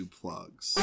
plugs